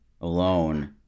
alone